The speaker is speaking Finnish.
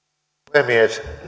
puhemies